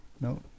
No